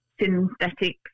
synthetic